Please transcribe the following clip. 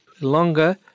longer